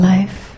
Life